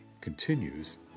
continues